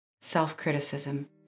self-criticism